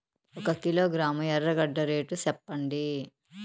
ఒక కిలోగ్రాము ఎర్రగడ్డ రేటు సెప్పండి?